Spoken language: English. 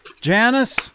Janice